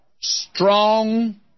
strong